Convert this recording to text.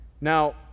Now